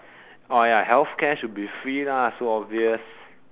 orh ya healthcare should be free lah so obvious